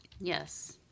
Yes